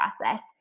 process